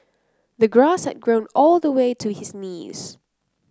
the grass had grown all the way to his knees